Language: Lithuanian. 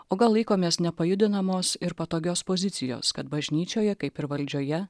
o gal laikomės nepajudinamos ir patogios pozicijos kad bažnyčioje kaip ir valdžioje